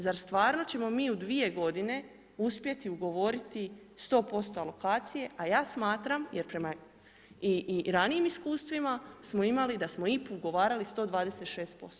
Zar stvarno ćemo mi u 2 g. uspjeti ugovoriti 100% alokacije a ja smatram jer prema i ranijim iskustvima smo imali da smo IPA-u ugovarali 12%